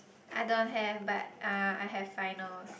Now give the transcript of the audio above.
I don't have but uh I have finals